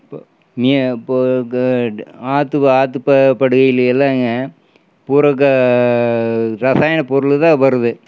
இப்போ நீ இப்போ ஆற்று ஆற்று படுகையில் எல்லாங்க பொருள்க ரசாயன பொருள்தான் வருது